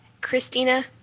Christina